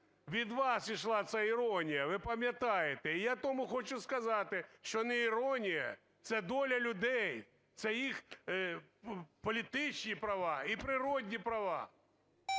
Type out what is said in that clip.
від вас йшла ця іронія, ви пам'ятаєте. І я тому хочу сказати, що не іронія, це доля людей, це їх політичні права і природні права.